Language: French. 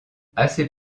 assez